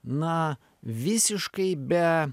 na visiškai be